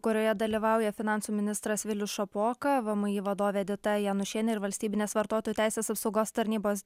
kurioje dalyvauja finansų ministras vilius šapoka vmi vadovė edita janušienė ir valstybinės vartotojų teisės apsaugos tarnybos